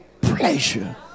pleasure